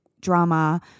drama